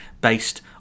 based